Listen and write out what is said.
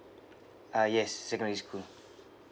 uh yes secondary school